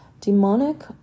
demonic